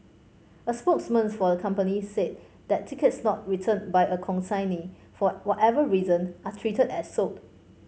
a spokesman for the company said that tickets not returned by a consignee for whatever reason are treated as sold